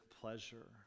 pleasure